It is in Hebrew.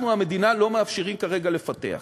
אנחנו, המדינה, לא מאפשרים כרגע לפתח.